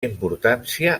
importància